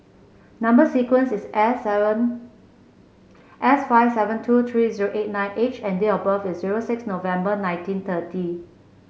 number sequence is S seven S five seven two three eight nine H and date of birth is zero six November nineteen thirty